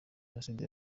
jenoside